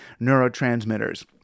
neurotransmitters